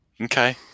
Okay